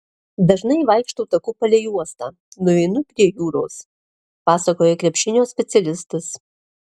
dažnai vaikštau taku palei uostą nueinu prie jūros pasakoja krepšinio specialistas